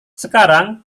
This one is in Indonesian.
sekarang